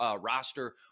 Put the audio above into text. roster